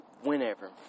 whenever